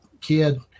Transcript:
kid